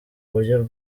buryo